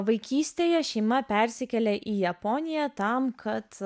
vaikystėje šeima persikėlė į japoniją tam kad